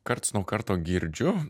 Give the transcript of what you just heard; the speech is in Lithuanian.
karts nuo karto girdžiu